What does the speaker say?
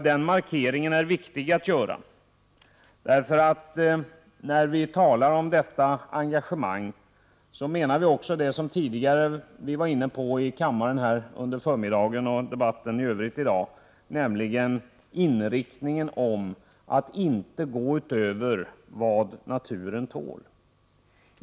Den markeringen är viktig att göra, därför att när vi talar om detta engagemang menar vi också det som vi var inne på under den tidigare debatten här i kammaren, nämligen inriktningen att inte gå utöver vad naturen tål.